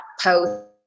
post